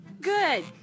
good